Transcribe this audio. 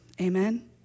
Amen